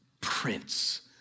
Prince